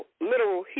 literal